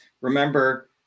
remember